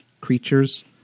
creatures